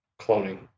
cloning